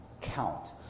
count